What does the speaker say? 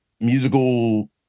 musical